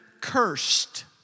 cursed